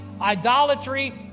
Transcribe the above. idolatry